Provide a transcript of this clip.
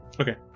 Okay